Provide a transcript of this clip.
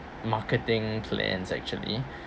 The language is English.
marketing plans actually